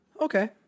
Okay